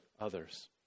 others